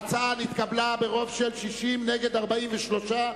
ההצעה נתקבלה ברוב של 60 נגד 43,